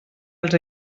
als